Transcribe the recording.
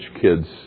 kids